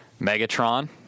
megatron